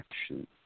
actions